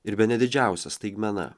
ir bene didžiausia staigmena